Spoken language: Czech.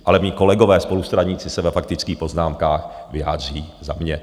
Ale mí kolegové spolustraníci se ve faktických poznámkách vyjádří za mě.